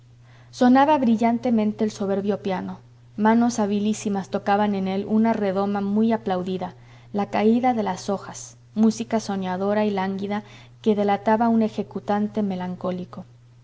sonaba brillantemente el soberbio piano manos habilísimas tocaban en él una redoma muy aplaudida la caída de las hojas música soñadora y lánguida que delataba un ejecutante melancólico